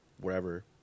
wherever